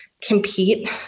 compete